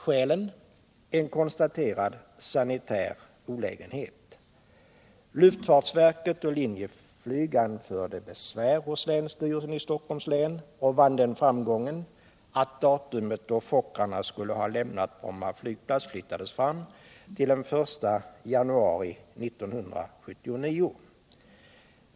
Skälet härtill är att trafiken är en konstaterad sanitär olägenhet. Luftfartsverket och Linjeflyg anförde besvär hos länsstyrelsen i Stockholms län och vann den framgången att datumet då Fokkerplar.een skulle ha lämnat Bromma flygplats flyttades fram till den 1 januari 1979.